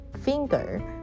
finger